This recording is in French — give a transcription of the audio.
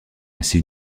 ainsi